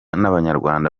n’abanyarwanda